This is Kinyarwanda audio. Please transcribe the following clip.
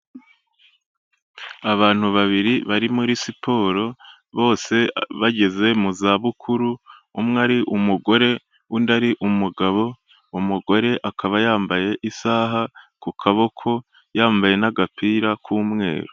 Abantu babiri bari muri siporo, bose bageze mu za bukuru, umwe ari umugore, undi ari umugabo, umugore akaba yambaye isaha ku kaboko, yambaye n'agapira k'umweru.